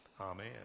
Amen